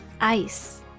ice